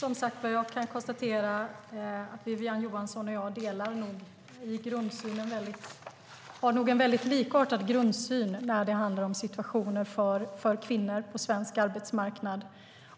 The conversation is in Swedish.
Fru talman! Jag kan konstatera att Wiwi-Anne Johansson och jag nog har en väldigt likartad grundsyn när det handlar om situationen för kvinnor på svensk arbetsmarknad.